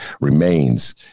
remains